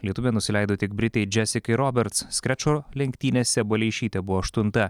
lietuvė nusileido tik britei džesikai roberts skrečo lenktynėse baleišytė buvo aštunta